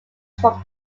from